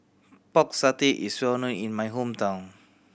Pork Satay is well known in my hometown